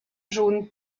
jaune